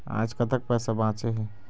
आज कतक पैसा बांचे हे?